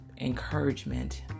encouragement